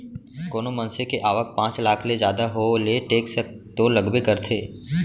कोनो मनसे के आवक पॉच लाख ले जादा हो ले टेक्स तो लगबे करथे